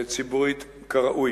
ציבורית כראוי.